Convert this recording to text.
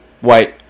white